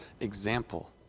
example